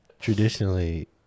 traditionally